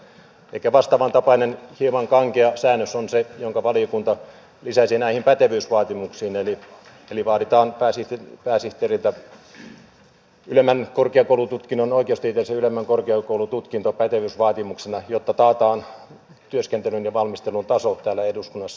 ehkä vastaavantapainen hieman kankea säännös on se jonka valiokunta lisäsi näihin pätevyysvaatimuksiin eli vaaditaan pääsihteeriltä oikeustieteellisen ylemmän korkeakoulututkinnon pätevyys vaatimuksena jotta taataan työskentelyn ja valmistelun taso täällä eduskunnassa